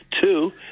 Two